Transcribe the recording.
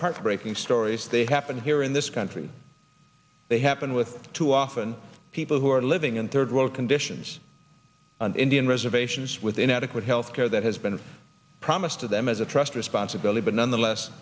heartbreaking stories they happen here in this country they happen with too often people who are living in third world conditions on indian reservations with inadequate health care that has been promised to them as a trust responsibility but nonetheless